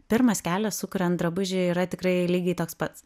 pirmas kelias sukuriant drabužį yra tikrai lygiai toks pats